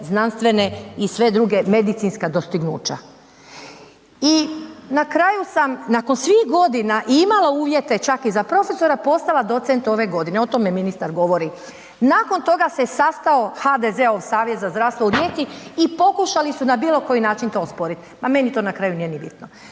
znanstvene i sve druge, medicinska dostignuća. I na kraju sam nakon svih godina i imala uvjete čak i za profesora postala docent ove godine, o tome ministar govori. Nakon toga se sastao HDZ-ov savjet za zdravstvo u Rijeci i pokušali su na bilo koji način to osporiti. Ma meni to na kraju nije ni bitno.